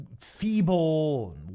feeble